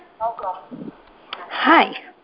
Hi